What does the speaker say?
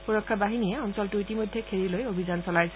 সুৰক্ষা বাহিনীয়ে অঞ্চলটো ইতিমধ্যে ঘেৰি লৈ অভিযান চলাইছে